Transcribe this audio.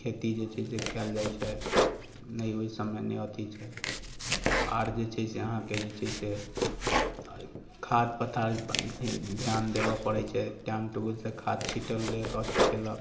खेती जे छै से कयल जाइत छै ने ओहि सभमे नहि अथि छै आर जे छै से अहाँकेँ जे छै से खाद पदार्थ पर ध्यान देबऽ पड़ैत छै टाइम टेबुलसँ खाद छिँटल जाए अथि कयलक